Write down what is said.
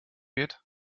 geht